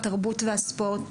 התרבות והספורט.